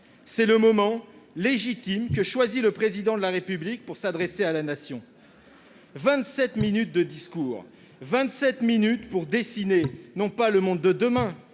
C'est le moment, légitime, que choisit le Président de la République pour s'adresser à la Nation : 27 minutes de discours ; 27 minutes pour dessiner non pas le monde de demain,